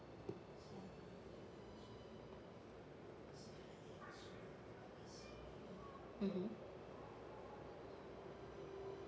(uh huh)